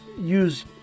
use